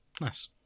Nice